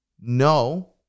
no